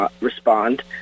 respond